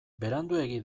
beranduegi